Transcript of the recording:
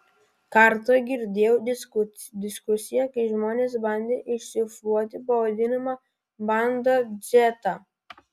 kartą girdėjau diskusiją kai žmonės bandė iššifruoti pavadinimą bandą dzeta